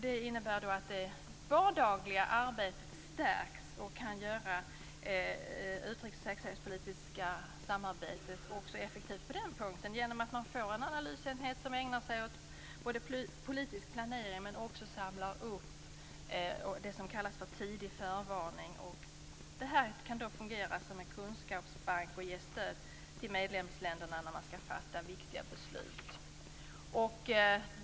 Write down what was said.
Detta innebär att det vardagliga arbetet på det utrikes och säkerhetshetspolitiska området stärks. Samarbetet på den punkten kan göras effektivt genom att en analysenhet både arbetar med politisk planering och ägnar sig åt s.k. tidig förvarning. Den kan fungera som en kunskapsbank och ge stöd till medlemsländerna inför fattandet av viktiga beslut.